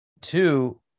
two